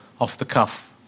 off-the-cuff